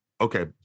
Okay